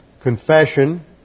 confession